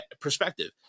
perspective